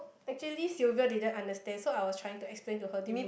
actually Sylvia didn't understand so I was trying to explain to her during